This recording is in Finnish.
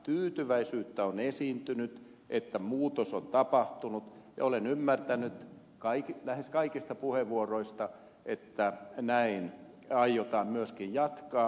tyytyväisyyttä on esiintynyt että muutos on tapahtunut ja olen ymmärtänyt lähes kaikista puheenvuoroista että näin aiotaan myöskin jatkaa